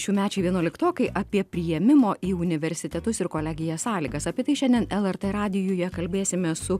šiųmečiai vienuoliktokai apie priėmimo į universitetus ir kolegijas sąlygas apie tai šiandien lrt radijuje kalbėsime su